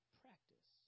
practice